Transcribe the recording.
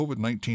COVID-19